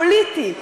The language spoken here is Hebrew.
פוליטי,